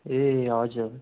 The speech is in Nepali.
ए हजुर